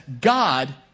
God